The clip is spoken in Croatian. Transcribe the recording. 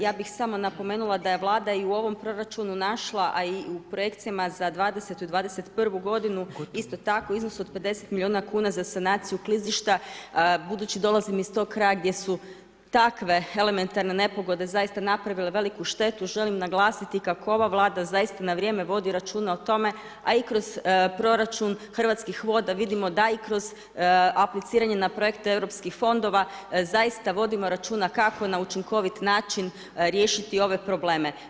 Ja bih samo napomenula da je Vlada i u ovom proračunu našla, a i u projekcijama za 2020.-tu i 2021.-tu godinu isto tako iznos od 50 milijuna kuna za sanaciju klizišta, budući dolazim iz toga kraja gdje su takve elementarne nepogode zaista napravile veliku štetu, želim naglasiti kako ova Vlada zaista na vrijeme vodi računa o tome, a i kroz proračun Hrvatskih voda vidimo da i kroz apliciranje na projekte Europskih fondova, zaista vodimo računa kako na učinkovit način riješiti ove probleme.